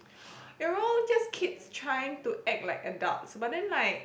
they are all just kids trying to act like adults but then like